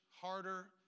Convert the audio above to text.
harder